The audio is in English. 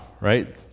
right